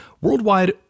Worldwide